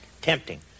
tempting